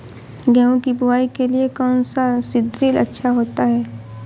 गेहूँ की बुवाई के लिए कौन सा सीद्रिल अच्छा होता है?